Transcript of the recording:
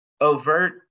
overt